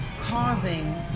causing